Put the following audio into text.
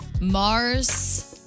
Mars